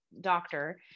doctor